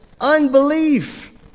unbelief